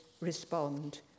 respond